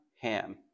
Ham